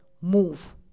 Move